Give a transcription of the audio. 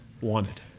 wanted